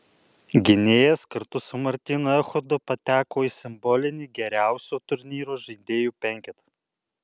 gynėjas kartu su martynu echodu pateko į simbolinį geriausių turnyro žaidėjų penketą